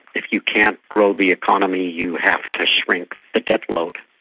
if you can't grow the economy you have to shrink the debt load,